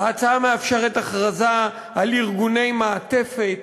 ההצעה מאפשרת הכרזה על ארגוני מעטפת